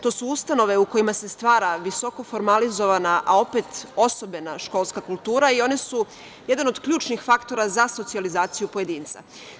To su ustanove u kojima se stvara visokoformalizovana, a opet osobena školska kultura i one su jedan od ključnih faktora za socijalizaciju pojedinca.